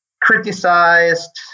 criticized